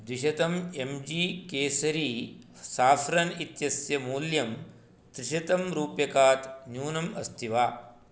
द्विशतम् M G Kesari saffron इत्यस्य मूल्यं त्रिशतं रुप्यकात् न्यूनम् अस्ति वा